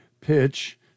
pitch